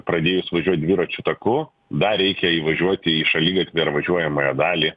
pradėjus važiuot dviračių taku dar reikia įvažiuoti į šaligatvį ar važiuojamąją dalį